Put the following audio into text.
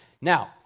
Now